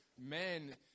men